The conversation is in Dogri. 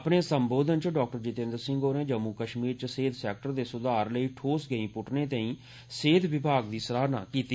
अपने संबोधन च डॉ जितेंद्र सिंह होरें जम्मू कश्मीर च सेहत सेक्टर दे सुधार आस्तै ठोस गैंई पुट्टने ताईं सेहत विमाग दी सराहना कीती